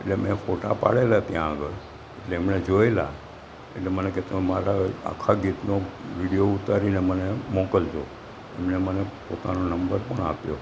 એટલે મેં ફોટા પાડેલા ત્યાં આગળ એટલે એમણે જોએલા એટલે મને કે તમે મારા આખા ગીતનો વિડીયો ઉતારીને મને મોકલજો એમણે મને પોતાનો નંબર પણ આપ્યો